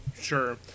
sure